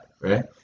right